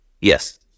Yes